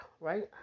right